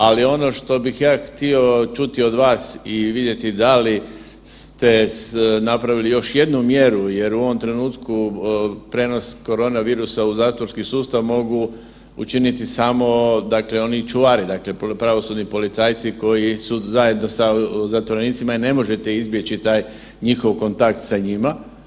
Ali ono što bih ja htio čuti od vas i vidjeti da li ste napravili još jednu mjeru jer u ovom trenutku prijenos korona virusa u zatvorski sustav mogu učiniti samo oni čuvari, dakle pravosudni policajci koji su zajedno sa zatvorenicima jel ne možete izbjeći taj njihov kontakt sa njima.